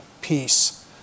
peace